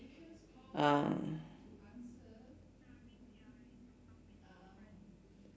uh